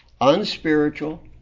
unspiritual